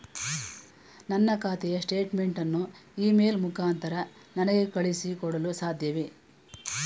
ನನ್ನ ಖಾತೆಯ ಸ್ಟೇಟ್ಮೆಂಟ್ ಅನ್ನು ಇ ಮೇಲ್ ಮುಖಾಂತರ ನನಗೆ ಕಳುಹಿಸಿ ಕೊಡಲು ಸಾಧ್ಯವೇ?